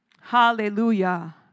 Hallelujah